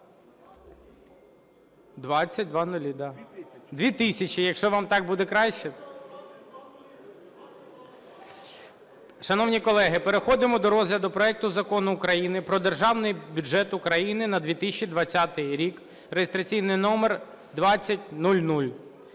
Шановні колеги, переходимо до розгляду проекту Закону про Державний бюджет України на 2020 рік (реєстраційний номер 2000)